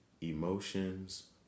Emotions